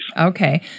Okay